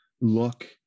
look